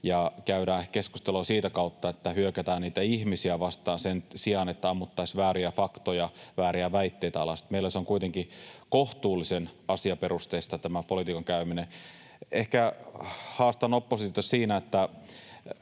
käydään keskustelua sitä kautta, että hyökätään niitä ihmisiä vastaan sen sijaan, että ammuttaisiin vääriä faktoja, vääriä väitteitä alas. Eli meillä on kuitenkin kohtuullisen asiaperusteista tämä politiikan käyminen. Ehkä haastan oppositiota siinä,